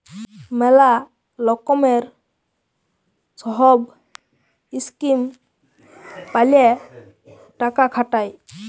ম্যালা লকমের সহব ইসকিম প্যালে টাকা খাটায়